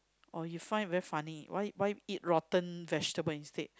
oh you find it very funny why why eat rotten vegetables instead